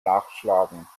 nachschlagen